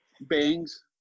bangs